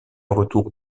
retour